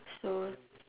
so